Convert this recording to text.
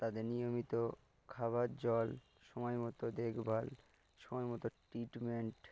তাদের নিয়মিত খাবার জল সময় মতো দেখভাল সময় মতো ট্রিটমেন্ট